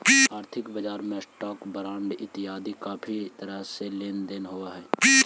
आर्थिक बजार में स्टॉक्स, बॉंडस इतियादी काफी तरह के लेन देन होव हई